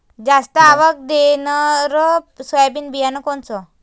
जास्त आवक देणनरं सोयाबीन बियानं कोनचं?